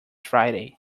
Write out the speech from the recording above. friday